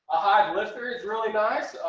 a hive lifter is really nice.